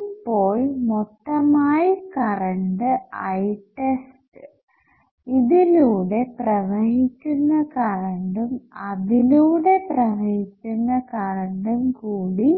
ഇപ്പോൾ മൊത്തമായി current I test ഇതിലൂടെ പ്രവഹിക്കുന്ന കറണ്ടും അതിലൂടെ പ്രവഹിക്കുന്ന കറണ്ടും കൂടി